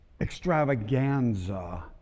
extravaganza